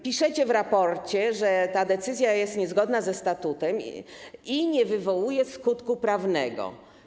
Piszecie w raporcie, że ta decyzja jest niezgodna ze statutem i nie wywołuje skutku prawnego.